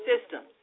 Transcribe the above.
systems